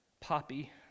poppy